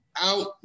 Out